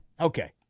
Okay